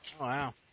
Wow